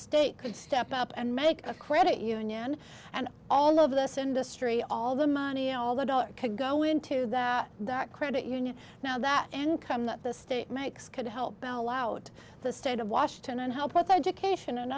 state could step up and make a credit union and all of this industry all the money all the dollars could go into that that credit union now that income that the state makes could help bow wow out the state of washington and help with education and